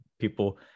people